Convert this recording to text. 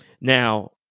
now